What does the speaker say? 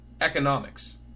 economics